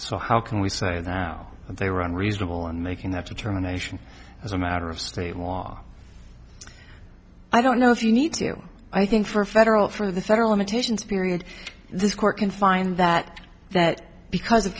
so how can we say that they were unreasonable in making that determination as a matter of state law i don't know if you need to i think for federal for the federal imitations period this court can find that that because of